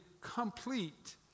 complete